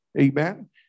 Amen